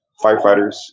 firefighters